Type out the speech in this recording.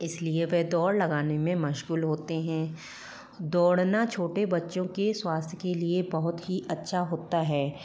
इसलिए वह दौड़ लगाने में मशगूल होते हैं दौड़ना छोटे बच्चों स्वास्थ के लिए बहुत ही अच्छा होता है